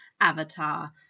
Avatar